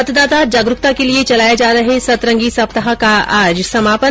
मतदाता जागरूकता के लिये चलाये जा रहे सतरंगी सप्ताह का आज समापन